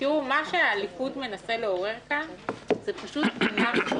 מה שהליכוד מנסה לעורר כאן זה אנרכיה.